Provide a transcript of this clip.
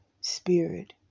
Spirit